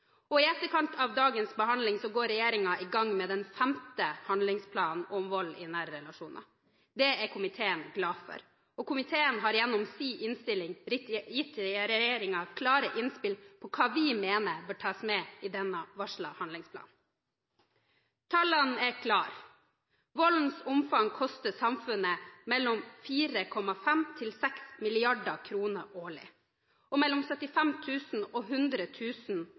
Og i etterkant av dagens behandling går regjeringen i gang med den femte handlingsplanen om vold i nære relasjoner. Det er komiteen glad for. Og komiteen har gjennom sin innstilling gitt regjeringen klare innspill på hva vi mener bør tas med i denne varslede handlingsplanen. Tallene er klare: Voldens omfang koster samfunnet mellom 4,5 og 6 mrd. kr årlig, og mellom 75 000 og